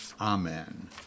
Amen